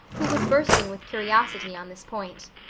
who was bursting with curiosity on this point.